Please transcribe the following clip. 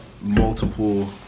multiple